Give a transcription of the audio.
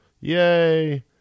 Yay